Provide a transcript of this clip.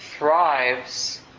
thrives